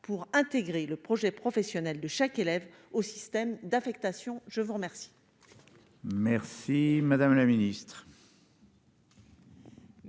pour intégrer le projet professionnel de chaque élève au système d'affectation ? La parole